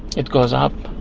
it goes up.